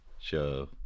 show